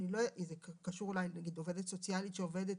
זה קשור אולי לעובדת סוציאלית שעובדת